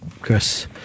Chris